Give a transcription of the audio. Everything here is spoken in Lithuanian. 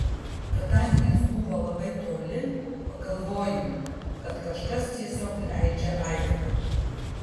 kadangi jis buvo labai toli pagalvojau kad kažkas tiesiog leidžia aitvarą